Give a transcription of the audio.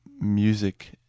music